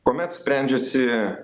kuomet sprendžiasi